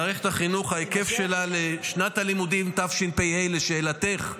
ההיקף שלה לשנת הלימודים תשפ"ה, לשאלתך,